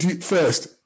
First